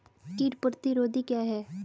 कीट प्रतिरोधी क्या है?